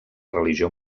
religió